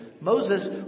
Moses